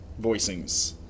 voicings